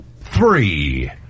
three